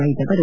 ವೈದ್ ಅವರು